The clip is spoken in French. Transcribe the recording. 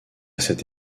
cette